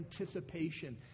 anticipation